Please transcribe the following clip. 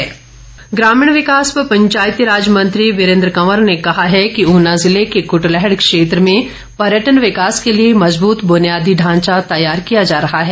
वीरेन्द्र कंवर ग्रामीण विकास व पंचायती राज मंत्री वीरेन्द्र कंवर ने कहा है कि ऊना ज़िले के कुटलैहड़ क्षेत्र में पर्यटन विकास के लिए मजबूत बुनियादी ढांचा तैयार किया जा रहा है